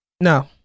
No